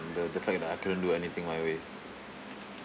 the the fact that I couldn't do anything my way